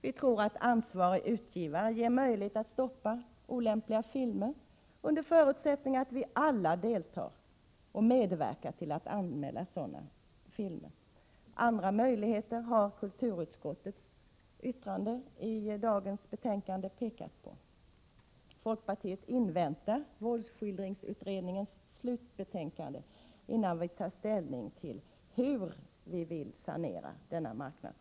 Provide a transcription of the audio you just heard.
Vi tror att ett system med ansvarig utgivare ger möjlighet att stoppa olämpliga filmer, under förutsättning att vi alla medverkar till att anmäla sådana filmer. 101 Kulturutskottet har i sitt yttrande till dagens betänkande pekat på ytterligare möjligheter. Folkpartiet inväntar våldsskildringsutredningens slutbetänkande, innan vi tar ställning i detalj hur vi vill medverka till att sanera videomarknaden.